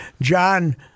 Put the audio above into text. John